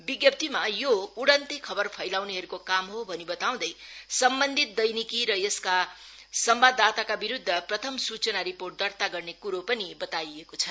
विज्ञाप्तीमा यो उडन्ते खबर फैलाउनेहरूको काम हो भनी बताउँदै सम्बन्धित दैनिकी र यसका सम्वाददाताका विरुद्ध प्रथम सूचना रिर्पोट दर्ता गर्ने क्रो बताइएको छ